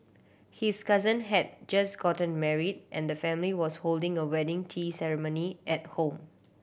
his cousin had just gotten married and the family was holding a wedding tea ceremony at home